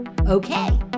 Okay